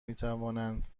میتوانند